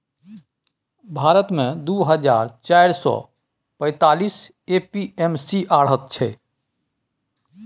भारत मे दु हजार चारि सय सैंतालीस ए.पी.एम.सी आढ़त छै